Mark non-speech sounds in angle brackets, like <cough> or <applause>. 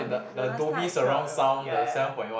<noise> the last time I cannot remember already ya ya ya